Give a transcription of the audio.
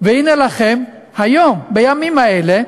והנה לכם היום, בימים האלה,